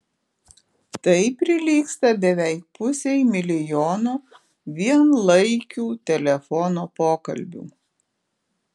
tai prilygsta beveik pusei milijono vienlaikių telefono pokalbių